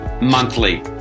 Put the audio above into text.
monthly